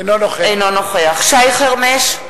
אינו נוכח שי חרמש,